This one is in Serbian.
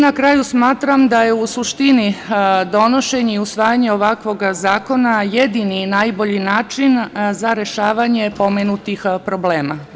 Na kraju, smatram da je u suštini donošenje i usvajanje ovakvog zakona jedini i najbolji način za rešavanje pomenutih problema.